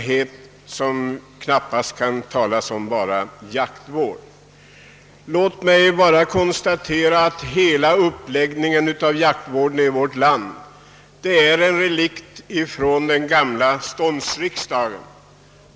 Hela uppläggningen av jaktvården i vårt land är en relikt från den gamla ståndsriksdagen.